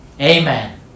Amen